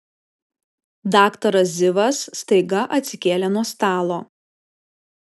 daktaras zivas staiga atsikėlė nuo stalo